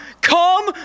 come